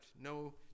no